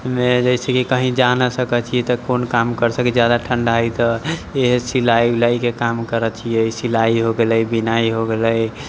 मे जैसे कि कहीं जा नहि सकै छियै तऽ कोन काम कर सकै छियै जादा ठण्डा हय तऽ इहे सिलाइ उलाइके काम करै छियै सिलाइ हो गेलै बिनाइ हो गेलै